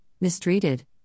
mistreated